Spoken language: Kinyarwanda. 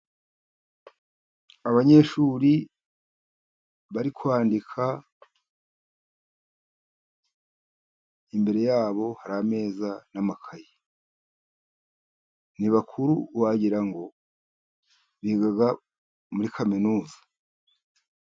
Abanyeshuri bari kwandika imbere yabo hari n'amakayi, ni bakuru wagirango biga muri muri kaminuza.